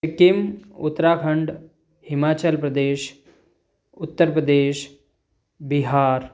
Sikkim Uttarakhand Himachal Pradesh Uttar Pradesh Bihar